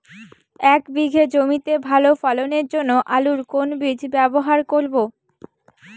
এক বিঘে জমিতে ভালো ফলনের জন্য আলুর কোন বীজ ব্যবহার করব?